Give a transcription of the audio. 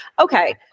Okay